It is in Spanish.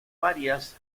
varias